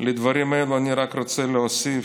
לדברים אלה אני רק רוצה להוסיף: